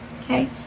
Okay